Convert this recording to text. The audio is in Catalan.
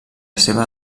seva